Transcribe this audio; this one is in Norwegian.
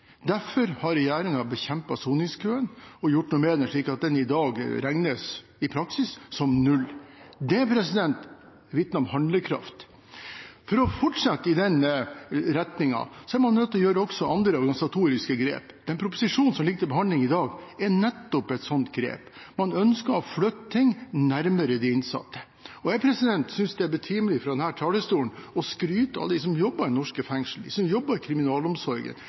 Derfor har regjeringen bekjempet soningskøen og gjort noe med den, slik at den i dag i praksis regnes som null. Det vitner om handlekraft. For å fortsette i den retningen er man også nødt til å gjøre andre organisatoriske grep. Den proposisjonen som ligger til behandling i dag, er nettopp et sånt grep. Man ønsker å flytte ting nærmere de innsatte, og jeg synes det er betimelig fra denne talerstolen å skryte av de som jobber i norske fengsel, de som jobber i kriminalomsorgen,